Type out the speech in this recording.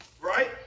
right